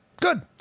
Good